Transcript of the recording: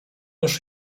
już